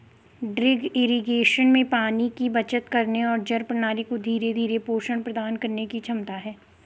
drip irrigation में पानी की बचत करने और जड़ प्रणाली को धीरे धीरे पोषण प्रदान करने की क्षमता है